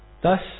Thus